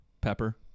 pepper